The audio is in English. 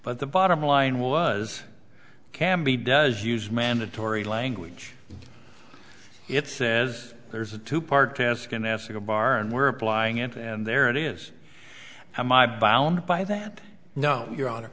but the bottom line was can be does use mandatory language it says there's a two part task an ethical bar and we're applying it and there it is how my bound by that no your hon